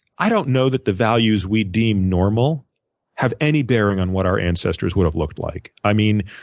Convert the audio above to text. i don't know that the values we deem normal have any bearing on what our ancestors would have looked like. i mean,